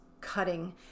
cutting